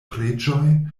preĝoj